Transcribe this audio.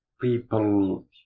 people